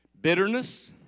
bitterness